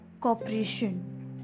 cooperation